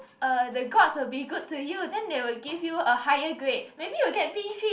uh the gods will be good to you then they will give you a higher grade maybe you will get B three